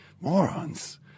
morons